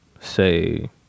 say